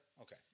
Okay